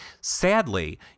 Sadly